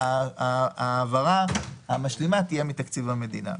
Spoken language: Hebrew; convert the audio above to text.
העברה המשלימה תהיה מתקציב המדינה.